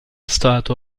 statua